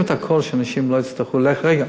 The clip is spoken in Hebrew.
עשינו את הכול שאנשים לא יצטרכו, רגע.